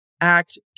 Act